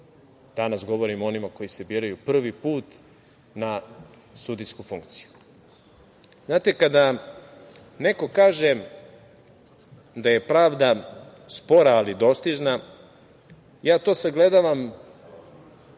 Danas govorimo o onima koji se biraju prvi put na sudijsku funkciju. Znate, kada neko kaže da je pravda spora, ali dostižna, to sagledavam